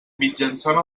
mitjançant